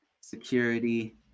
security